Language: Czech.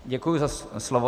Děkuji za slovo.